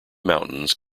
mountains